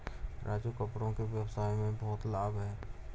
राजू कपड़ों के व्यवसाय में बहुत लाभ है